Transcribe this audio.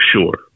Sure